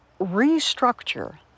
restructure